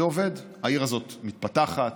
העיר הזאת מתפתחת,